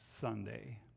Sunday